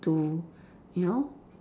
to you know